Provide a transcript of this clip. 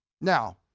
Now